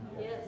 Yes